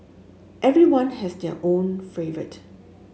everyone has their own favourite